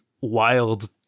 wild